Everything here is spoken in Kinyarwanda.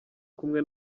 kumwe